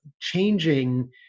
changing